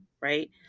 right